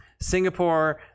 Singapore